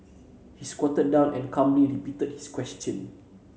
he squatted down and calmly repeated his question